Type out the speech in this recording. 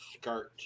skirt